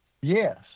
Yes